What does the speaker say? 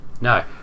No